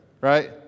right